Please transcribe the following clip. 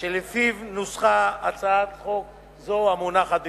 שלפיו נוסחה הצעת חוק זו, המונחת לפניכם.